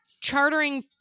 chartering